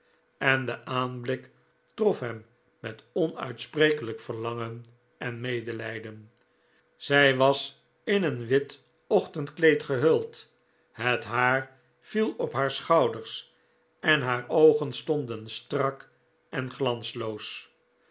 en de aanblik trof hem met onuitsprekelijk verlangen en medelijden zij was in een wit ochtendkleed gehuld het haar viel op haar schouders en haar oogen stonden strak en glansloos